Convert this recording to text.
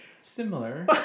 Similar